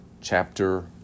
chapter